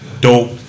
dope